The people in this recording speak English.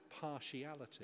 partiality